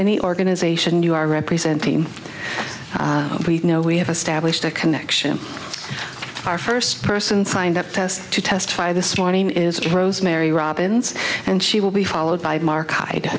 any organization you are representing we know we have established a connection our first person signed up test to testify this morning is rosemary robbins and she will be followed by mark hyde